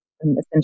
essentially